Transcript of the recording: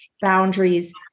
boundaries